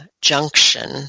junction